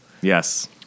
Yes